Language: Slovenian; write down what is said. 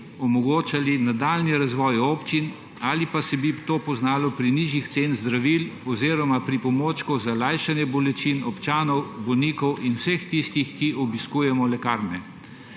omogočali nadaljnji razvoj občin ali pa bi se to poznalo pri nižjih cenah zdravil oziroma pripomočkov za lajšanje bolečin občanov, bolnikov in vseh tistih, ki obiskujemo lekarne.